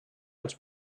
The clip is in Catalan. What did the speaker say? als